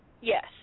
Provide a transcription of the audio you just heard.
Yes